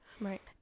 Right